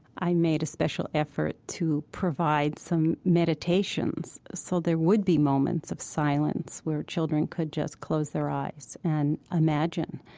i made a special effort to provide some meditations so there would be moments of silence where children could just close their eyes and imagine,